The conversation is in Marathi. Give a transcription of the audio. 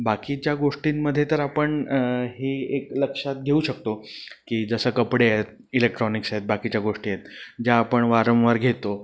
बाकीच्या गोष्टींमध्ये तर आपण ही एक लक्षात घेऊ शकतो की जसं कपडे आहेत इलेक्ट्रॉनिक्स आहेत बाकीच्या गोष्टी आहेत ज्या आपण वारंवार घेतो